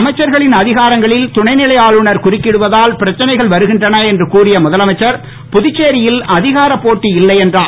அமைச்சர்களின் அதிகாரங்களில் துணை நிலை ஆளுநர் குறுக்கிடுவதால் பிரச்சனைகள் வருகின்றன என்று கூறிய முதலமைச்சர் புதுச்சேரியில் அதிகாரப் போட்டி இல்லை என்றார்